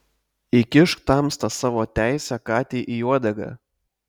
įkišk tamsta savo teisę katei į uodegą